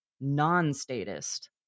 non-statist